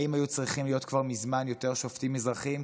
האם היו צריכים להיות כבר מזמן יותר שופטים מזרחים?